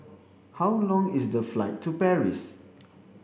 how long is the flight to Paris